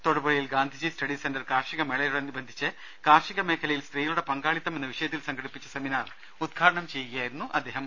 തൊടുപുഴയിൽ Gandhiji study centre കാർഷിക മേളയോടനുബന്ധിച്ച് കാർഷിക മേഖലയിൽ സ്ത്രീകളുടെ പങ്കാളിത്തം എന്ന വിഷയത്തിൽ സംഘടിപ്പിച്ച സെമിനാർ ഉദ്ഘാടനം ചെയ്യുകയായിരുന്നു അദ്ദേഹം